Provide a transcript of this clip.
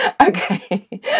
Okay